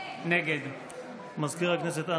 נגד מזכיר הכנסת,